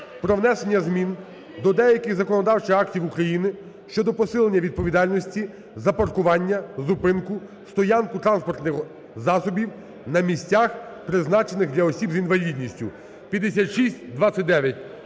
про внесення змін до деяких законодавчих актів України щодо посилення відповідальності за паркування, зупинку, стоянку транспортних засобів на місцях, призначених для осіб з інвалідністю (5629).